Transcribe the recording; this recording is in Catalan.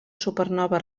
supernova